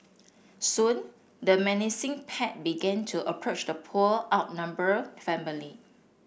soon the menacing pack began to approach the poor outnumbered family